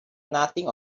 nothing